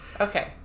Okay